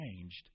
changed